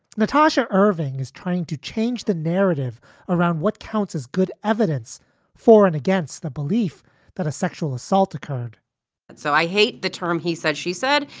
natasha irving is trying to change the narrative around what counts as good evidence for and against the belief that a sexual assault occurred so i hate the term, he said she said.